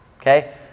okay